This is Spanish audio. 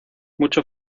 mucho